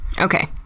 Okay